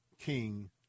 king